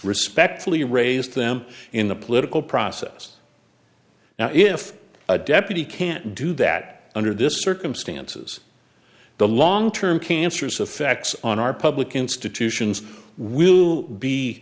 respectfully raised them in the political process now if a deputy can't do that under this circumstances the long term cancer's of facts on our public institutions will be